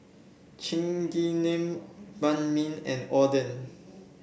Chigenabe Banh Mi and Oden